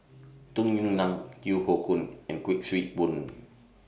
Tung Yue Nang Yeo Hoe Koon and Kuik Swee Boon